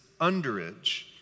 underage